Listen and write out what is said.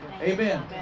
amen